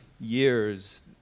years